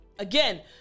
Again